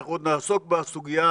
אנחנו עוד נעסוק בסוגיה